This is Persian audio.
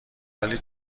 ولی